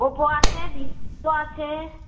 Oppo আছে Vivo আছে